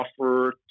offer